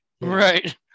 Right